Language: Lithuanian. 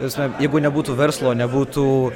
ta prasme jeigu nebūtų verslo nebūtų